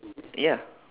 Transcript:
ya